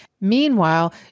Meanwhile